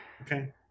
Okay